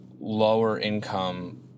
lower-income